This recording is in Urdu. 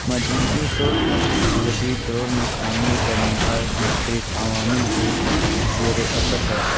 مجموعی طور پر جدید دور میں کھانے کا معیار مختلف عوامل کے زیرِ اثر ہے